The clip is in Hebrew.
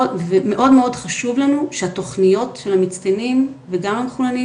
מאוד חשוב לנו שהתוכניות של המצטיינים וגם מחוננים